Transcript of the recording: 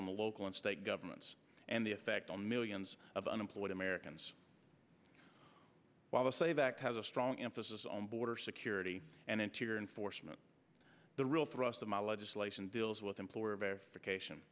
on the local and state governments and the effect on millions of unemployed americans while the say that has a strong emphasis on border security and interior enforcement the real thrust of my legislation deals with employer verification